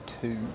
two